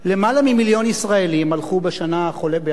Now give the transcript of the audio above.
למעלה ממיליון ישראלים הלכו בשנה החולפת, בשנת